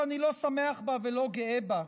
שאני לא שמח בו ולא גאה בו,